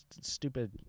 stupid